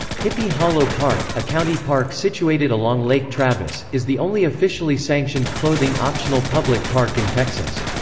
hippie hollow park, a county park situated along lake travis, is the only officially sanctioned clothing-optional public park in texas.